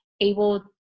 Able